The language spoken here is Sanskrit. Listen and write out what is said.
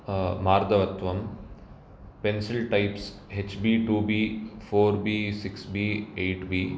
मार्दवत्वं pencil types H B two B four B six B eight B